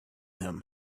him